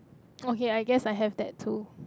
okay I guess I have that too